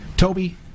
Toby